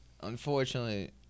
Unfortunately